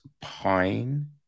Pine